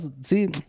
See